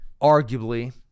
arguably